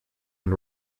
and